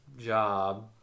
Job